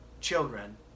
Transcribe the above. children